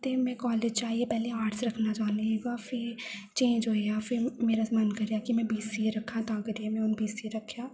ते में कालेज च आइयै पैह्ले आर्ट्स रक्खना चाहन्नी ही ब फेर चेंज होई गेआ फेर मेरा मन करेआ कि में बीसीए रक्खां तां करियै में हून बीसीए रक्खेआ